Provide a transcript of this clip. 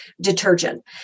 detergent